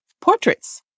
portraits